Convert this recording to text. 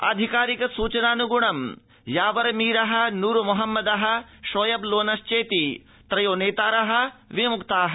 आधिकारिक सूचनान्ग्णं यावरमीर न्रमोहम्मद शोएब लोनश्चेति त्रयो नेतार विम्क्ता